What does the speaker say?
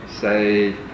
Say